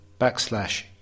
backslash